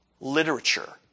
literature